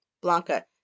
Blanca